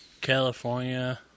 California